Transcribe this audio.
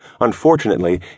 Unfortunately